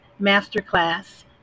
masterclass